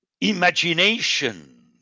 Imagination